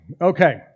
okay